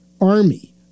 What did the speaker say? army